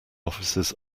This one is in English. offices